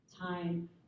time